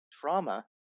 trauma